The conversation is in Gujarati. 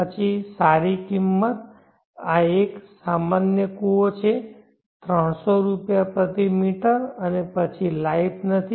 પછી સારી કિંમત આ એક સામાન્ય કૂવો છે 300 રૂપિયા પ્રતિ મીટર અને પછી લાઈફ નથી